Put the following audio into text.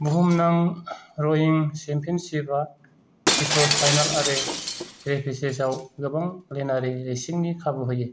बुहुमनां रयिं चेम्पियनशिपआ हिट'स फाइनेल आरो रेपेचेजाव गोबां लेनारि रेसिंनि खाबु होयो